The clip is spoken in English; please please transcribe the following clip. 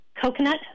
coconut